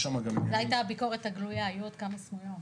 זו הייתה הביקורת הגלויה, היו עוד כמה סמויות.